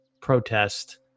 protest